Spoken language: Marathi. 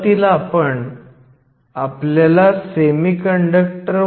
तर प्रश्नाचा पहिला भाग म्हणतो pn जंक्शनसाठी इनर्जी बँड आकृती काढा